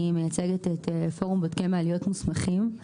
אני מייצגת את פורום בודקי מעליות מוסמכים.